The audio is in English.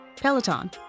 Peloton